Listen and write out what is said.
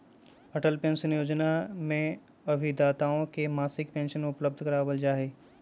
Atal pension योजना में अभिदाताओं के मासिक पेंशन उपलब्ध करावल जाहई